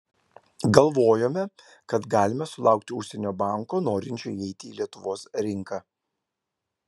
galvojome kad galime sulaukti užsienio banko norinčio įeiti į lietuvos rinką